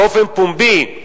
באופן פומבי,